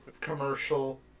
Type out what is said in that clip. commercial